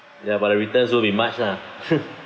ya but the returns won't be much lah